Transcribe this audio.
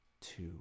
two